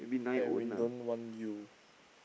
and we don't want you